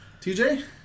TJ